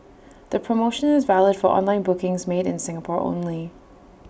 the promotion is valid for online bookings made in Singapore only